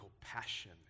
passion